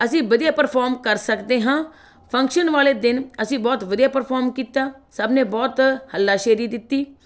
ਅਸੀਂ ਵਧੀਆ ਪਰਫੋਰਮ ਕਰ ਸਕਦੇ ਹਾਂ ਫੰਕਸ਼ਨ ਵਾਲੇ ਦਿਨ ਅਸੀਂ ਬਹੁਤ ਵਧੀਆ ਪਰਫੋਰਮ ਕੀਤਾ ਸਭ ਨੇ ਬਹੁਤ ਹੱਲਾਸ਼ੇਰੀ ਦਿੱਤੀ